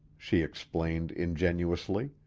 she explained ingenuously.